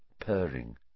purring